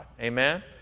Amen